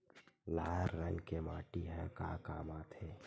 लाल रंग के माटी ह का काम आथे?